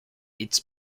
its